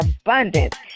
abundance